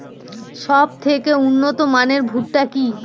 সবথেকে উন্নত মানের ভুট্টা বীজ কি?